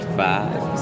five